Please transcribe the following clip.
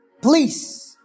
please